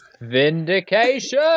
Vindication